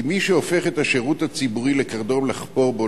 כי מי שהופך את השירות הציבורי לקרדום לחפור בו,